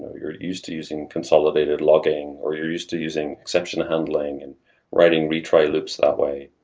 ah you're used to using consolidated logging, or you're used to using section handling and writing retry loops that way.